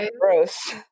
gross